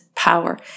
power